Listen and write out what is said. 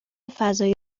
فضایی